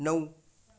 नऊ